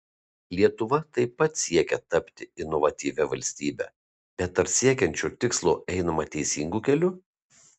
lietuva taip pat siekia tapti inovatyvia valstybe bet ar siekiant šio tikslo einama teisingu keliu